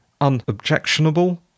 unobjectionable